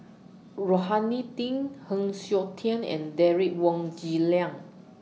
Rohani Din Heng Siok Tian and Derek Wong Zi Liang